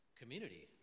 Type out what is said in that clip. community